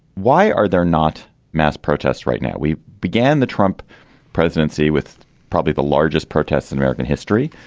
why are there not mass protests right now. we began the trump presidency with probably the largest protests in american history.